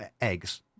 Eggs